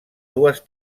dues